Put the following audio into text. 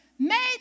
made